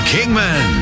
Kingman